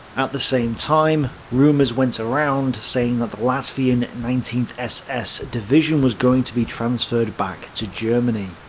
at the same time, rumours went around saying that the latvian nineteenth ss division was going to be transferred back to germany.